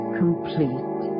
complete